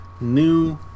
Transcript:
new